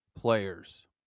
players